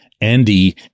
Andy